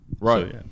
right